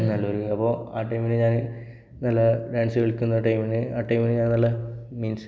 നല്ലൊരു അപ്പോൾ ആ ടൈമിൽ ഞാൻ നല്ല ഡാൻസ് കളിക്കുന്ന ടൈമിന് ആ ടൈമിന് ഞാൻ നല്ല മീൻസ്